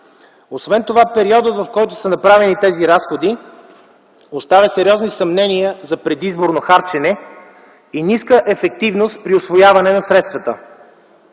Освен това периодът, в който са направени тези разходи, оставя сериозни съмнения за предизборно харчене и ниска ефективност при усвояване на средствата.